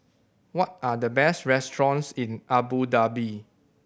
what are the best restaurants in Abu Dhabi